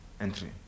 Entry